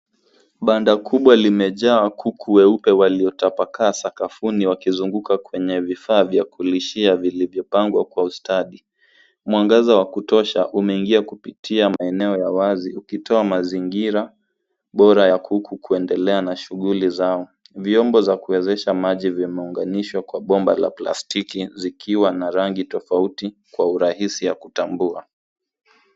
Banda kubwa limejaa kuku weupe waliotapakaa sakafuni wakizunguka kwenye vifaa vya kulishia vilivyopangwa kwa ustadi. Mwangaza wa kutosha umeingia kupitia maeneo ya wazi ukitoa mazingira bora ya kuku kuendelea na shughuli zao. Vyombo za kuwezesha maji vimeunganishwa kwa bomba la plastiki zikiwa na rangi tofauti kwa urahisi ya kutambua.